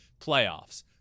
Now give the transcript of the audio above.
playoffs